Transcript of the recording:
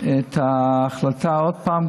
את ההחלטה עוד פעם,